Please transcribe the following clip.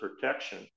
protection